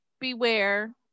beware